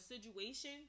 situation